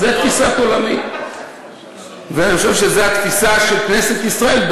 זו תפיסת עולמי,